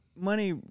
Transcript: money